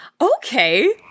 Okay